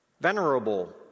venerable